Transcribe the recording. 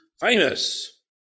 famous